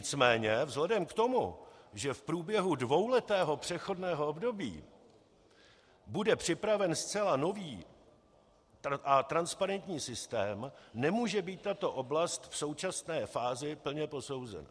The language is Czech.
Nicméně vzhledem k tomu, že v průběhu dvouletého přechodného období bude připraven zcela nový a transparentní systém, nemůže být tato oblast v současné fázi plně posouzena.